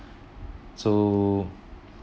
so